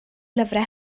lyfrau